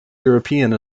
european